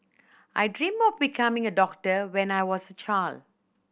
I dreamt of becoming a doctor when I was a child